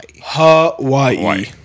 Hawaii